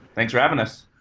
thanks for having us.